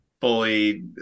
fully